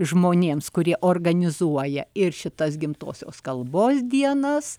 žmonėms kurie organizuoja ir šitas gimtosios kalbos dienas